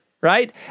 right